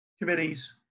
committees